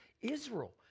Israel